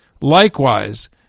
Likewise